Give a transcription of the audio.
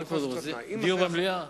דיון במליאה?